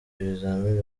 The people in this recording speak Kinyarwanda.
ibizamini